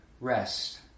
rest